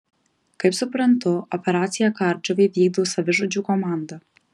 kaip suprantu operaciją kardžuvė vykdo savižudžių komanda